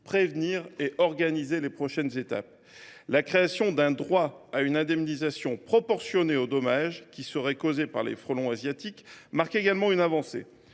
prévenir et organiser les prochaines étapes. La création d’un droit à une indemnisation proportionnée aux dommages causés par les frelons asiatiques marque également une avancée.